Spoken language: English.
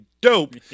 dope